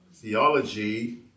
Theology